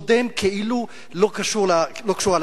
הוא נדם כאילו היא לא קשורה לעניין.